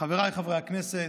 חבריי חברי הכנסת,